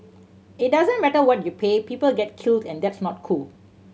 it doesn't matter what you pay people get killed and that's not cool